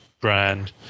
brand